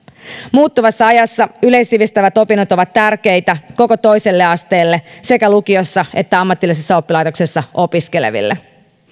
muuttuvassa ajassa yleissivistävät opinnot ovat tärkeitä koko toiselle asteelle sekä lukiossa että ammatillisessa oppilaitoksessa opiskeleville